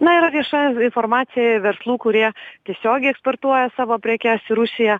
na yra vieša informacija verslų kurie tiesiogiai eksportuoja savo prekes į rusiją